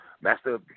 Master